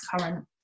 current